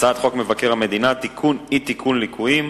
הצעת חוק מבקר המדינה (תיקון, אי-תיקון ליקויים),